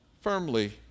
Firmly